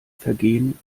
vergehen